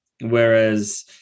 Whereas